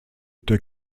der